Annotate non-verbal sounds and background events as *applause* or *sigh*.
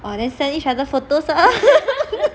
orh then send each other photos lah *laughs*